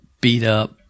beat-up